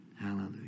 Hallelujah